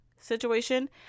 situation